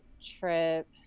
trip